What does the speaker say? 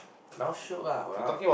now shiok lah !walao!